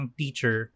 teacher